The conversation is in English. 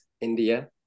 India